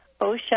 OSHA